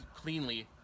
cleanly